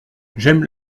j’aime